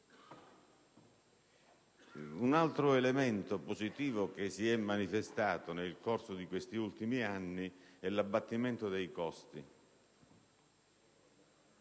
Un altro elemento positivo che si è manifestato nel corso di questi ultimi anni è l'abbattimento dei costi,